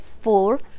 four